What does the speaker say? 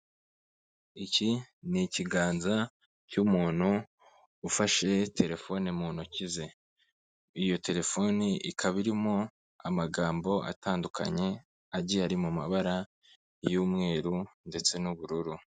Iki ni ikiganza cy'umuntu ufashe telefone mu ntoki ze, iyo telefone ikaba irimo amagambo atandukanye agiye ari mu mabara y'umweru ndetse n'ubururu.